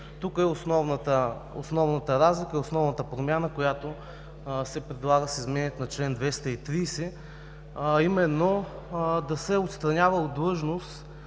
Тук е основната разлика, основната промяна, която се предлага с изменението на чл. 230, а именно да се отстранява от длъжност